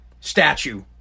statue